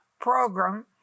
program